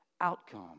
outcome